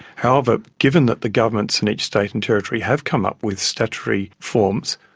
however, given that the governments in each state and territory have come up with statutory forms,